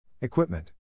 Equipment